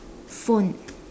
phone